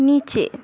নীচে